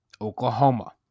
Oklahoma